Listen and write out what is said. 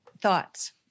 thoughts